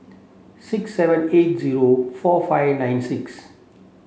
six seven eight zero four five nine six